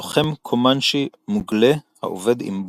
לוחם קומאנצ'י מוגלה העובד עם בוג.